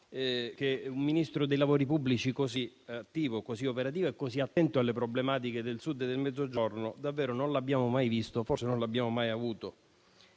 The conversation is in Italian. che un Ministro dei lavori pubblici così attivo, così operativo e così attento alle problematiche del Mezzogiorno davvero non l'abbiamo mai visto, forse non l'abbiamo mai avuto.